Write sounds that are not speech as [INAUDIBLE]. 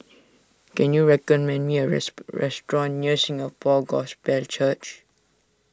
can you recommend me a [UNINTELLIGIBLE] restaurant near Singapore Gospel Church